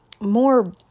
more